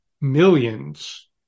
millions